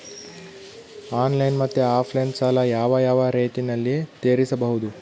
Online ಮತ್ತೆ offline ಸಾಲ ಯಾವ ಯಾವ ರೇತಿನಲ್ಲಿ ತೇರಿಸಬಹುದು?